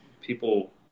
people